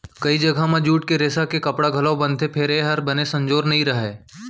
कइ जघा म जूट के रेसा के कपड़ा घलौ बनथे फेर ए हर बने संजोर नइ रहय